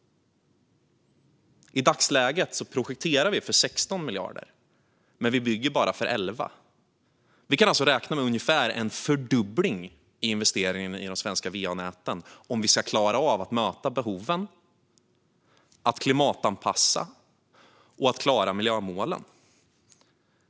I dagsläget projekterar vi för 16 miljarder, men vi bygger bara för 11 miljarder. Vi kan alltså räkna med ungefär en fördubbling i investeringar i de svenska va-näten om vi ska klara av att möta behoven, klimatanpassa och klara miljömålen.